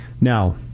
Now